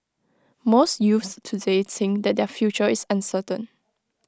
most youths today think that their future is uncertain